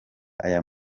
aya